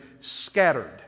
scattered